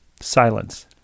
Silence